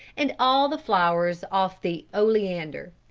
and all the flowers off the oleander.